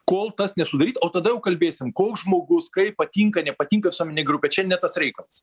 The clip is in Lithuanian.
kol tas nesudaryta o tada jau kalbėsim koks žmogus kaip patinka nepatinka visuomenei grupė čia ne tas reikalas